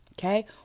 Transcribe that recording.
Okay